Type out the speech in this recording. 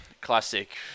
classic